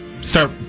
start